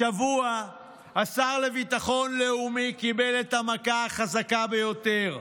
השר לביטחון לאומי קיבל את המכה החזקה ביותר.